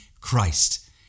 Christ